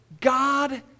God